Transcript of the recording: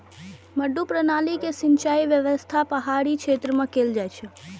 मड्डू प्रणाली के सिंचाइ व्यवस्था पहाड़ी क्षेत्र मे कैल जाइ छै